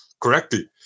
correctly